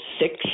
six